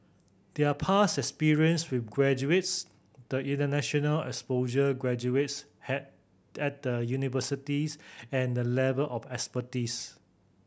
their past experience with graduates the international exposure graduates had at the universities and the level of expertise